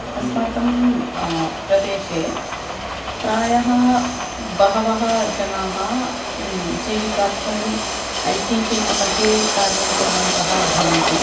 अस्माकंप्रदेशे प्रायः बहवः जनाः जीविकार्थं ऐटि फ़ील्ड्मध्ये कार्यं कुर्वन्तः भवन्ति